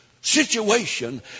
situation